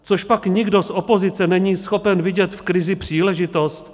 Cožpak nikdo z opozice není schopen vidět v krizi příležitost?